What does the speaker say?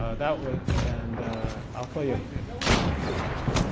ah that was, and i'll play you a that was quite listenable.